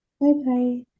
bye-bye